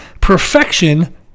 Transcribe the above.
Perfection